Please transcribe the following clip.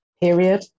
period